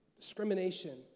discrimination